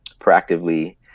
proactively